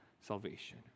salvation